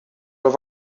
have